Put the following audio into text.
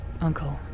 Uncle